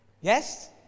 Yes